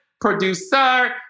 producer